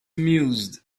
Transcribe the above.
amused